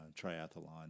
triathlon